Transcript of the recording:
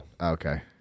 Okay